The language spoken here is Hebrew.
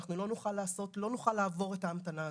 אנחנו לא נוכל לעבור את ההמתנה הזאת,